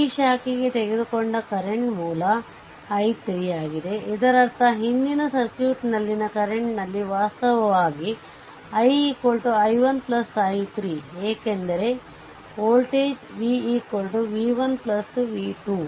ಈ ಶಾಖೆಗೆ ತೆಗೆದುಕೊಂಡ ಕರೆಂಟ್ ಮೂಲ i3 ಆಗಿದೆ ಇದರರ್ಥ ಹಿಂದಿನ ಸರ್ಕ್ಯೂಟ್ನಲ್ಲಿನ ಕರೆಂಟ್ ನಲ್ಲಿ ವಾಸ್ತವವಾಗಿ i i1 i3 ಏಕೆಂದರೆ ವೋಲ್ಟೇಜ್ v v1 v2